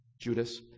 Judas